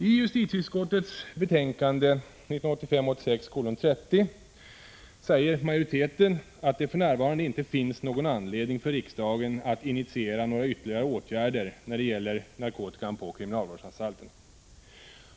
I justitieutskottets betänkande 1985/86:30 säger majoriteten att det för närvarande inte finns någon anledning för riksdagen att initiera några ytterligare åtgärder när det gäller narkotikan på kriminalvårdsanstalterna.